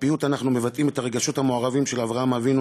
בפיוט אנחנו מבטאים את הרגשות המעורבים של אברהם אבינו,